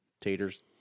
taters